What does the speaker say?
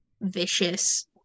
vicious